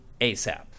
ASAP